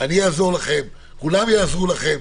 אני אעזור לכם, כולם יעזרו לכם,